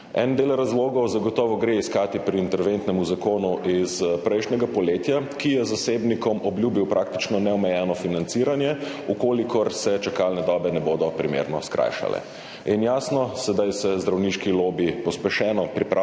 En del razlogov gre zagotovo iskati pri interventnem zakonu iz prejšnjega poletja, ki je zasebnikom obljubil praktično neomejeno financiranje, v kolikor se čakalne dobe ne bodo primerno skrajšale. In jasno, sedaj se zdravniški lobi pospešeno pripravlja